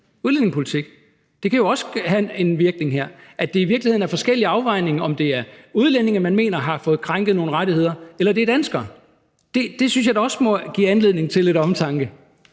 udlændingepolitik. Det kan jo også have indvirkning her; altså at det i virkeligheden er forskellige afvejninger af, om det er udlændinge, man mener har fået krænket nogle rettigheder, eller om det er danskere. Det synes jeg da også må give anledning til lidt eftertanke.